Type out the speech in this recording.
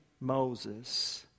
Moses